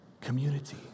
Community